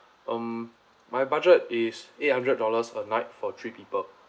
um my budget is eight hundred dollars per night for three people